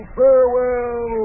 farewell